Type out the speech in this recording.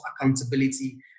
accountability